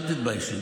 אל תתביישי.